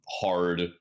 hard